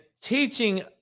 teaching